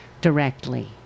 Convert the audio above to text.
directly